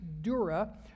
Dura